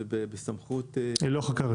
זאת לא חקיקה ראשית.